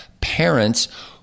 parents